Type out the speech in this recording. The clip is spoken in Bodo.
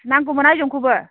नांगौमोन आइजंखौबो